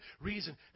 reason